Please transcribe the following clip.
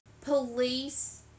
police